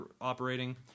operating